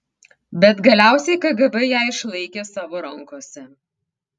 bet galiausiai kgb ją išlaikė savo rankose